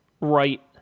right